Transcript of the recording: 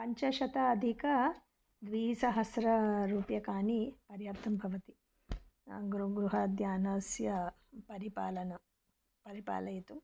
पञ्चशताधिक द्विसहस्ररूप्यकाणि पर्याप्तं भवति गृ गृहाद्यानस्य परिपालन परिपालयितुम्